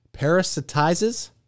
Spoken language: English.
parasitizes